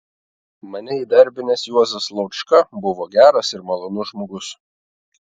mane įdarbinęs juozas laučka buvo geras ir malonus žmogus